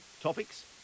topics